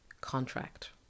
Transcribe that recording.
contract